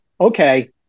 okay